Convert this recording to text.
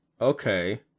okay